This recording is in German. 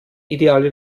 ideale